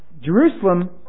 Jerusalem